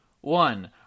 one